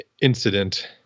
incident